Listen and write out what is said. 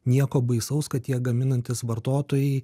nieko baisaus kad tie gaminantys vartotojai